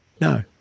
No